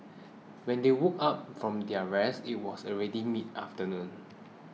when they woke up from their rest it was already mid afternoon